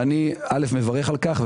ואני מברך על כך.